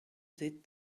did